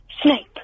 Snape